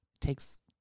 takes